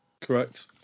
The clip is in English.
Correct